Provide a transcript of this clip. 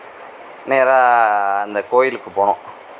நேராக அந்த கோயிலுக்கு போனோம்